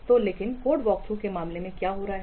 तो लेकिन code walkthrough के मामले में क्या हो रहा है